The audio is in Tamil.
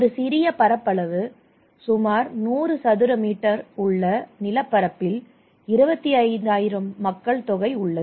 ஒரு சிறிய பரப்பளவு சுமார் 100 சதுர மீட்டர் உள்ள நிலப்பரப்பில் 25000 மக்கள் தொகை உள்ளது